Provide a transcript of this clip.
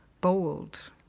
bold